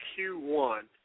Q1